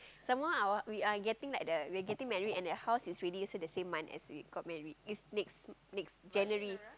some more our we are getting like the we are getting married and the house is ready also the same month as we got married it's next next January